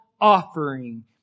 offering